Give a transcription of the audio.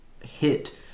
hit